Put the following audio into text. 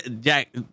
Jack